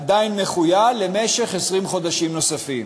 עדיין מחויל, למשך 20 חודשים נוספים.